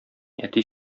әти